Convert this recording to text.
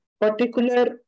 particular